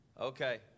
okay